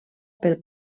pel